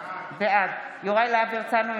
בעד יוראי להב הרצנו,